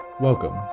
welcome